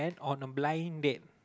on a blind date